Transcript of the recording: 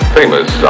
famous